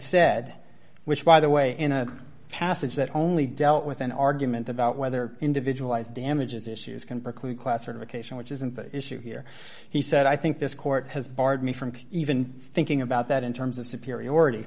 said which by the way in a passage that only dealt with an argument about whether individual eyes damages issues can preclude classification which isn't the issue here he said i think this court has barred me from even thinking about that in terms of superiority